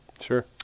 Sure